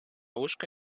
łóżko